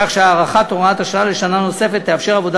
כך שהארכת הוראת השעה לשנה נוספת תאפשר עבודה